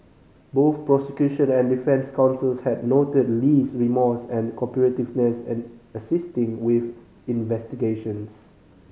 both prosecution and defence counsels had noted Lee's remorse and cooperativeness in assisting with investigations